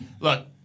look